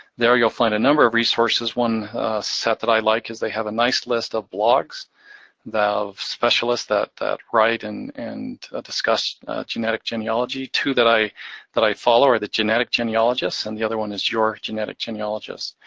there you'll find a number of resources. one set that i like is they have a nice list of blogs that have specialists that that write and and discuss genetic genealogy. two that i that i follow are the genetic genealogist, and the other one is your genetic genealogist.